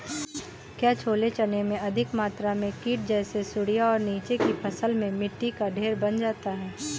क्या छोले चने में अधिक मात्रा में कीट जैसी सुड़ियां और नीचे की फसल में मिट्टी का ढेर बन जाता है?